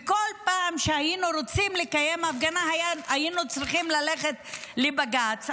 ובכל פעם שהיינו רוצים לקיים הפגנה היינו צריכים ללכת לבג"ץ,